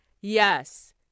Yes